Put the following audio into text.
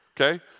okay